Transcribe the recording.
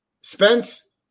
Spence